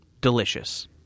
delicious